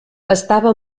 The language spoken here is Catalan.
estava